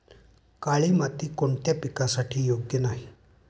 काळी माती कोणत्या पिकासाठी योग्य नाही?